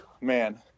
Man